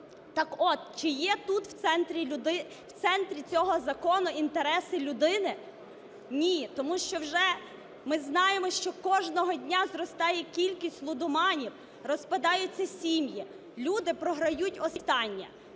Так от, чи є тут в центрі цього закону інтереси людини? Ні. Тому що вже ми знаємо, що кожного дня зростає кількість лудоманів, розпадаються сім'ї, люди програють останнє.